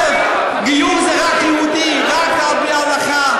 גיור זה רק יהודים, רק על-פי ההלכה.